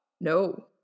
No